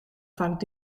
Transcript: vaak